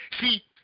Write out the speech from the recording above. See